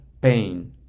pain